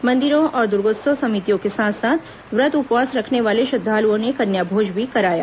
मंदिरों और दुर्गोत्सव समितियों के साथ साथ व्रत उपवास रखने वाले श्रद्वालुओं ने कन्याभोज भी कराया